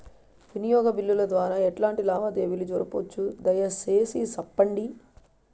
వినియోగ బిల్లుల ద్వారా ఎట్లాంటి లావాదేవీలు జరపొచ్చు, దయసేసి సెప్పండి?